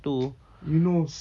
you know